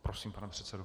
Prosím, pane předsedo.